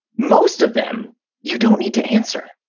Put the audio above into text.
most of them you don't need to answer,